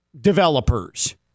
developers